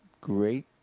Great